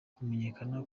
kumenyekana